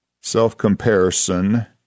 Self-comparison